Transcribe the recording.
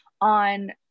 on